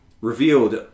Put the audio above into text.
revealed